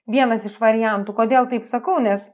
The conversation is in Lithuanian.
vienas iš variantų kodėl taip sakau nes